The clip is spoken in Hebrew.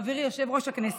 חברי יושב-ראש הכנסת,